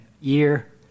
year